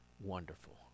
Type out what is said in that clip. wonderful